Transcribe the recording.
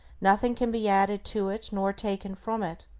nothing can be added to it, nor taken from it.